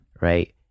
right